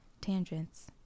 tangents